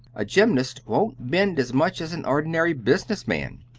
a gymnast won't bend as much as an ordinary business man.